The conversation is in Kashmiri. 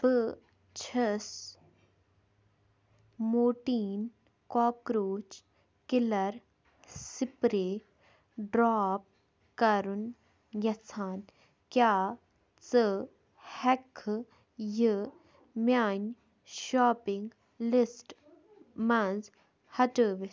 بہٕ چھیٚس Mortein cockroach killer spray drop کرُن یژھان کیٛاہ ژٕ ہیٚکہٕ کھہٕ یہِ میٛانہِ شوٛاپنٛگ لسٹہٕ منٛز ہٹٲیِتھ